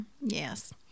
yes